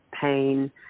pain